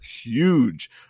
huge